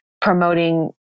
promoting